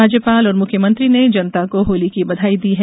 राज्यपाल और मुख्यमंत्री ने जनता को होली की बधाई दी है